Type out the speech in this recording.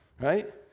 Right